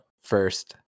first